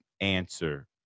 answer